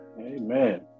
Amen